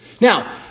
Now